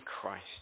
Christ